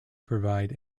provide